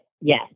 yes